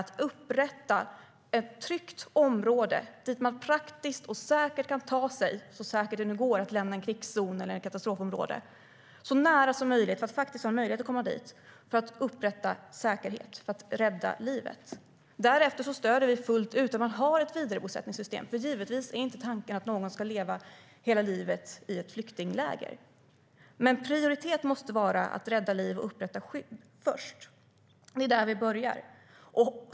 Det gäller att upprätta ett tryggt område dit man praktiskt och säkert kan ta sig - så säkert det nu går att lämna en krigszon eller ett katastrofområde - för att upprätta säkerhet och rädda liv. Därefter stöder vi fullt ut att man har ett vidarebosättningssystem, för givetvis är inte tanken att någon ska leva hela livet i ett flyktingläger. Men prioriteten måste vara att rädda liv och upprätta skydd först. Det är där vi börjar.